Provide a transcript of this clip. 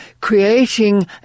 creating